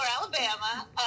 Alabama